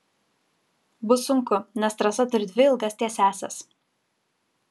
bus sunku nes trasa turi dvi ilgas tiesiąsias